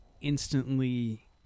instantly